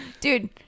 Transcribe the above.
dude